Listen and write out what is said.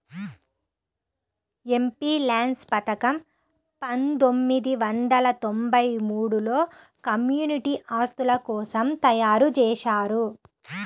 MPLADS పథకం పందొమ్మిది వందల తొంబై మూడులో కమ్యూనిటీ ఆస్తుల కోసం తయ్యారుజేశారు